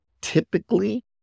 typically